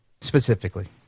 specifically